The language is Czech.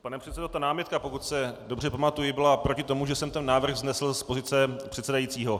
Pane předsedo, ta námitka, pokud se dobře pamatuji, byla proti tomu, že jsem ten návrh vznesl z pozice předsedajícího.